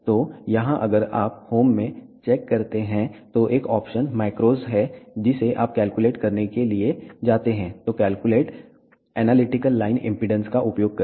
तो यहां अगर आप होम में चेक करते हैं तो एक ऑप्शन मैक्रोज़ है जिसे आप कैलकुलेट करने के लिए जाते हैं तो कैलकुलेट एनालिटिकल लाइन इम्पीडेन्स का उपयोग करें